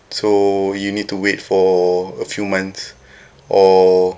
so you need to wait for a few months or